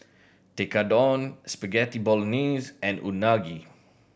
Tekkadon Spaghetti Bolognese and Unagi